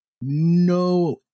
no